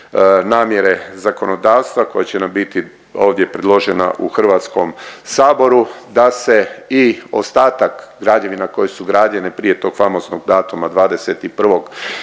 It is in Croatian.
namjere zakonodavstva koja će nam biti ovdje predložena u HS-u da se i ostatak građevina koje su građene prije tog famoznog datuma 21.